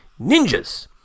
ninjas